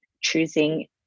choosing